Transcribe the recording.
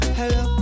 hello